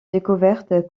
découverte